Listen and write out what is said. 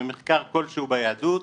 במחקר כלשהו ביהדות,